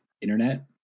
internet